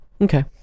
Okay